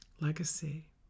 legacy